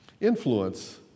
Influence